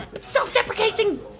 self-deprecating